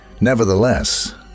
Nevertheless